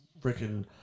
freaking